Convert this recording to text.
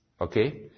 Okay